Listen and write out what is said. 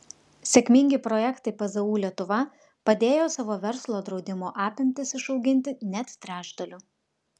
sėkmingi projektai pzu lietuva padėjo savo verslo draudimo apimtis išauginti net trečdaliu